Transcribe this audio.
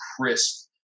crisp